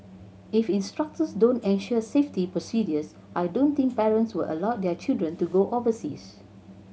if instructors don't ensure safety procedures I don't think parents will allow their children to go overseas